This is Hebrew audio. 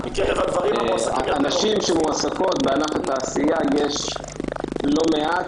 הנשים שמועסקות בענף התעשייה יש לא מעט,